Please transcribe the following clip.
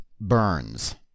Burns